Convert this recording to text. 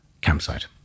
campsite